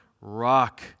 rock